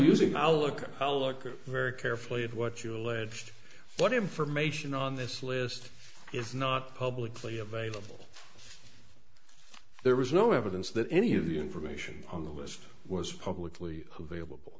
using i look i'll look very carefully at what you alleged but information on this list is not publicly available there was no evidence that any of the information on the list was publicly available